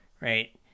Right